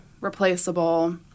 replaceable